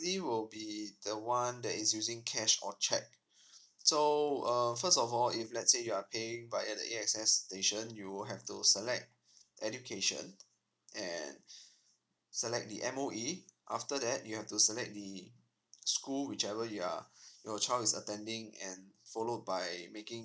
ly will be the one that is using cash or cheque so uh first of all if let's say you are paying by any a access station you will have to select education and select the M_O_E after that you have to select the school whichever your your child is attending and followed by making